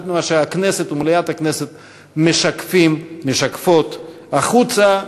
מה שהכנסת ומליאת הכנסת משקפות החוצה.